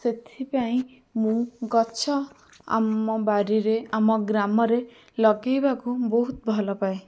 ସେଥିପାଇଁ ମୁଁ ଗଛ ଆମ ବାରିରେ ଆମ ଗ୍ରାମରେ ଲଗେଇବାକୁ ବହୁତ ଭଲପାଏ